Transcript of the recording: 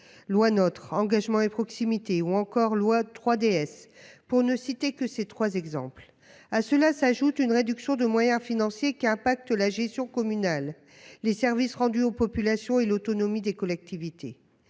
dite Engagement et proximité, ou encore loi 3DS, pour ne citer que ces trois exemples. À cela s'ajoute une réduction des moyens financiers qui influe sur la gestion communale, les services rendus aux populations et l'autonomie des collectivités